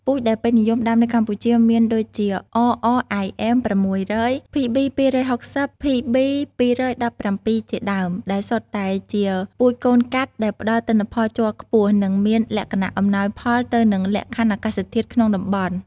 ពូជដែលពេញនិយមដាំនៅកម្ពុជាមានដូចជា RRIM 600, PB 260, PB 217 ជាដើម ដែលសុទ្ធតែជាពូជកូនកាត់ដែលផ្តល់ទិន្នផលជ័រខ្ពស់ និងមានលក្ខណៈអំណោយផលទៅនឹងលក្ខខណ្ឌអាកាសធាតុក្នុងតំបន់។